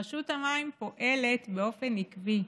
רשות המים פועלת באופן עקבי,